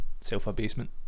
Self-abasement